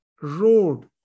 road